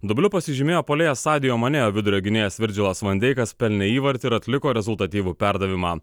dubliu pasižymėjo puolėjas sadijo mane vidurio gynėjas virdžilas van deikas pelnė įvartį ir atliko rezultatyvų perdavimą